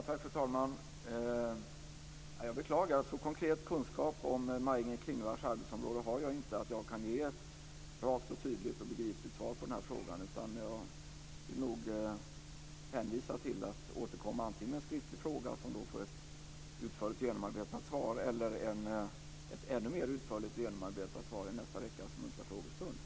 Fru talman! Jag beklagar men så konkret kunskap om Maj-Inger Klingvalls arbetsområde har jag inte att jag kan ge ett rakt, tydligt och begripligt svar på frågan, utan jag vill nog hänvisa Ingegerd Saarinen till att återkomma med en skriftlig fråga som får ett utförligt och genomarbetat svar eller till att återkomma för att få ett ännu mer utförligt och genomarbetat svar vid nästa veckas muntliga frågestund.